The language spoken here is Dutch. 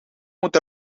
moet